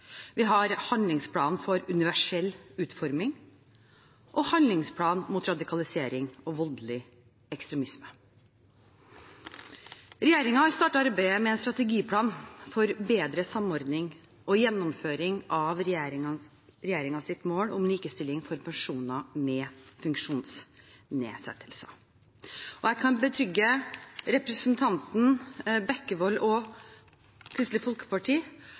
vi har en handlingsplan for universell utforming og en handlingsplan mot radikalisering og voldelig ekstremisme. Regjeringen har startet arbeidet med en strategiplan for bedre samordning og gjennomføring av regjeringens mål om likestilling for personer med funksjonsnedsettelser. Jeg kan betrygge representanten Bekkevold og Kristelig Folkeparti